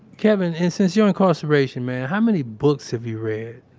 kevin, and since your incarceration, man, how many books have you read?